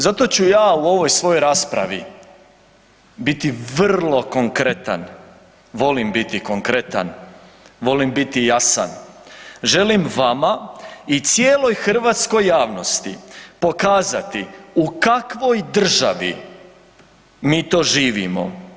Zato ću ja u ovoj svojoj raspravi biti vrlo konkretan, volim biti konkretan, volim biti jasan, želim vama i cijeloj Hrvatskoj javnosti pokazati u kakvoj državi mi to živimo.